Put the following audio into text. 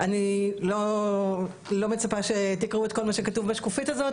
ואני לא מצפה שתקראו את כל מה שכתוב בשקופית הזאת,